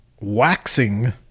waxing